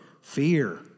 fear